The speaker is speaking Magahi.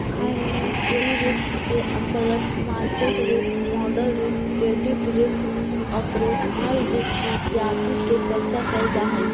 फाइनेंशियल रिस्क के अंतर्गत market risk, model risk, credit risk, operational risk इत्यादि के चर्चा कैल जा हई